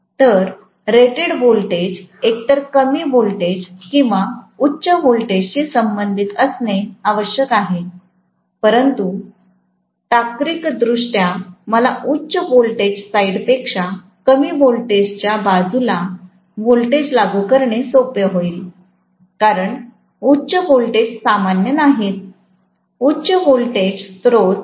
तर rated voltage एक तर कमी व्होल्टेज किंवा उच्च व्होल्टेज शी संबंधित असणे आवश्यक आहे परंतु तार्किकदृष्ट्या मला उच्च व्होल्टेज साइड पेक्षा कमी व्होल्टेजच्या बाजूला व्होल्टेज लागू करणे सोपे होईल कारण उच्च व्होल्टेजेस सामान्य नाहीत उच्च व्होल्टेज स्त्रोत सामान्य नाहीत